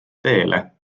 teele